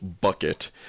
bucket